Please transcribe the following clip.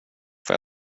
får